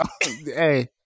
Hey